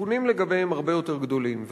הסיכונים לגביהם הרבה יותר גדולים.